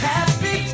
Happy